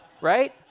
Right